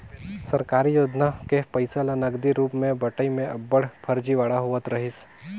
सरकारी योजना के पइसा ल नगदी रूप में बंटई में अब्बड़ फरजीवाड़ा होवत रहिस